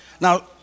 Now